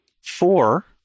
four